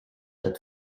that